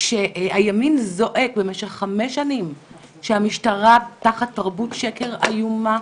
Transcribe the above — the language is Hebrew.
כשהימין זועק במשך חמש שנים שהמשטרה תחת תרבות שקר איומה,